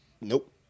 Nope